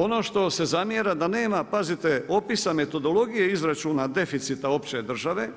Ono što se zamjera da nema, pazite, opisa metodologije izračuna deficita opće države